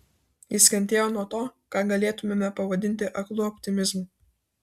jis kentėjo nuo to ką galėtumėme pavadinti aklu optimizmu